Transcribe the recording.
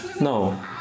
No